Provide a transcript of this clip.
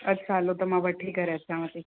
अच्छा हलो त मां वठी करे अचांव थी